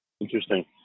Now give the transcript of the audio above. Interesting